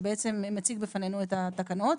שמציג בפנינו את התקנות.